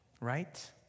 right